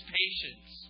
patience